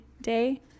day